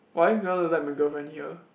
why you want to let my girlfriend hear